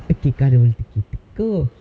okay கடவுள்ட கேட்டுக்கோ:kadavulta kaettukko